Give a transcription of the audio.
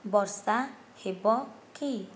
ବର୍ଷା ହେବ କି